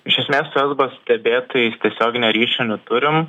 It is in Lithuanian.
iš esmės su esbo stebėtojais tiesioginio ryšio neturim